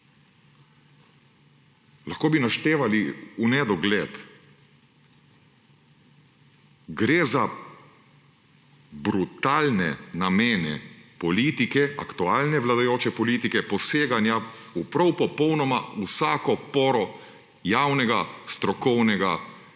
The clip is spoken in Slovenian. lahko bi naštevali v nedogled; Gre za brutalne namene aktualne vladajoče politike poseganja popolnoma v vsako poro javnega strokovnega in